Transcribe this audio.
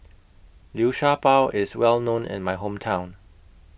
Liu Sha Bao IS Well known in My Hometown